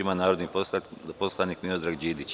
Reč ima narodni poslanik Miodrag Đidić.